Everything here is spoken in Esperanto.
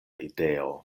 ideo